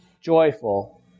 joyful